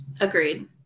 Agreed